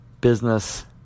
business